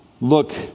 look